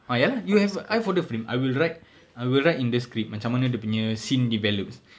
ah ya lah you have an eye for the frame I will write I will write in the script macam mana dia punya scene develops